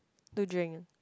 to drink